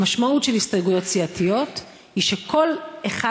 המשמעות של הסתייגויות סיעתיות היא שכל אחד